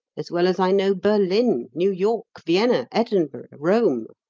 as well as i know berlin new york vienna edinburgh rome.